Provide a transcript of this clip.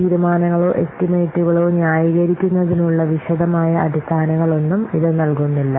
തീരുമാനങ്ങളോ എസ്റ്റിമേറ്റുകളോ ന്യായീകരിക്കുന്നതിനുള്ള വിശദമായ അടിസ്ഥാനങ്ങളൊന്നും ഇത് നൽകുന്നില്ല